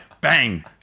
Bang